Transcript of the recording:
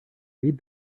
read